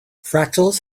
fractals